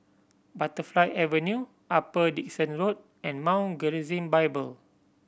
Butterfly Avenue Upper Dickson Road and Mount Gerizim Bible